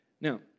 Now